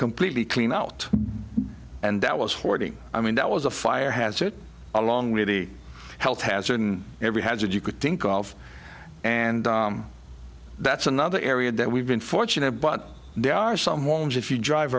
completely clean out and that was forty i mean that was a fire hazard along with the health hazard and every hazard you could think of and that's another area that we've been fortunate but there are some won't if you drive